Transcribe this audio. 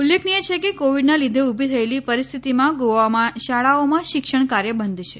ઉલ્લેખનીય છે કે કોવિડના લીધે ઉભી થયેલી પરિસ્થિતિમાં ગોવામાં શાળાઓમાં શિક્ષણ કાર્ય બંધ છે